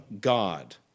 God